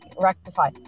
rectify